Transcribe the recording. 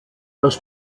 das